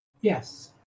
Yes